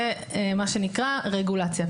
זה מה שנקרא רגולציה.